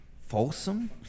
Folsom